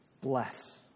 bless